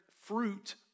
fruit